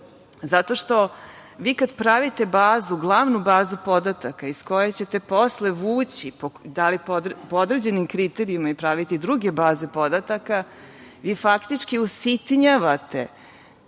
Zato što vi kad pravite bazu, glavnu bazu podataka iz koje ćete posle vući, da li po određenim kriterijumima ili praviti druge baze podataka, vi faktički usitnjavate